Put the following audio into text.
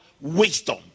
wisdom